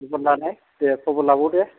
खबर लालाय दे खबर लाबाव दे